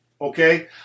Okay